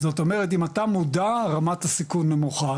זאת אומרת אם אתה מודע רמת הסיכון נמוכה,